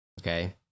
okay